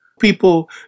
People